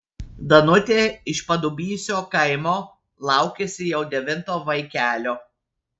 danutė iš padubysio kaimo laukiasi jau devinto vaikelio